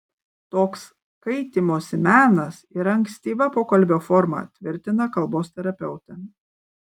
toks kaitymosi menas yra ankstyva pokalbio forma tvirtina kalbos terapeutė